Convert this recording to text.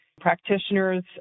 practitioners